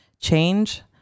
change